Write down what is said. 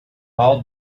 hold